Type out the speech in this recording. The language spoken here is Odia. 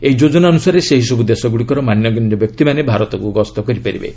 ଏହି ଯୋଜନା ଅନୁସାରେ ସେହିସବୁ ଦେଶଗୁଡ଼ିକର ମାନ୍ୟଗଣ୍ୟ ବ୍ୟକ୍ତିମାନେ ଭାରତକୁ ଗସ୍ତ କରିପାରିବେ